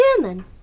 German